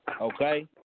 Okay